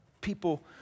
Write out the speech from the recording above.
People